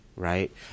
right